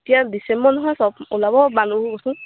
এতিয়া ডিচেম্বৰ নহয় চব ওলাব